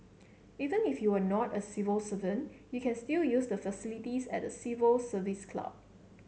even if you are not a civil servant you can still use the facilities at the Civil Service Club